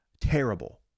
terrible